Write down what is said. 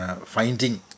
Finding